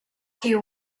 here